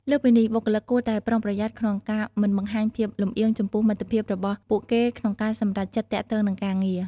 លើសពីនេះ បុគ្គលិកគួរតែប្រុងប្រយ័ត្នក្នុងការមិនបង្ហាញភាពលម្អៀងចំពោះមិត្តភក្តិរបស់ពួកគេក្នុងការសម្រេចចិត្តទាក់ទងនឹងការងារ។